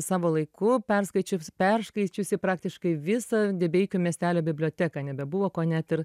savo laiku perskaičius perškaičiusi praktiškai visą debeikių miestelio biblioteką nebebuvo ko net ir